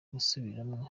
gusubiramwo